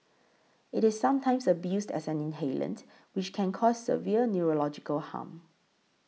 it is sometimes abused as an inhalant which can cause severe neurological harm